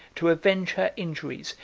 to avenge her injuries,